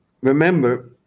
Remember